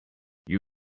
you